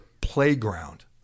playground